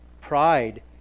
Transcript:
pride